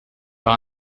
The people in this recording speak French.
par